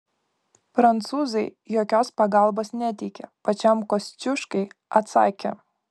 prancūzai jokios pagalbos neteikia pačiam kosciuškai atsakė